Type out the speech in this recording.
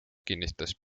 kinnitas